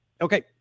Okay